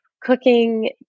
cooking